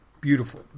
Beautiful